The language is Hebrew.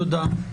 תודה.